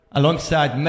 alongside